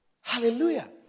Hallelujah